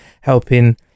helping